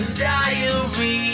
diary